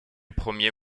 premier